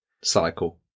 cycle